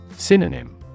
Synonym